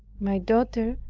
my daughter,